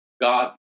God